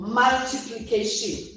multiplication